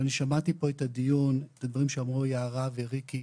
אני שמעתי פה את הדיון ואת הדברים שאמרו יערה וויקי,